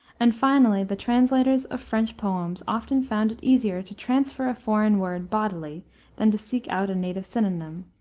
and, finally, the translators of french poems often found it easier to transfer a foreign word bodily than to seek out a native synonym,